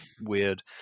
weird